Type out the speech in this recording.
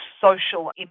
Social